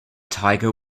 tiger